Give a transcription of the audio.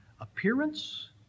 appearance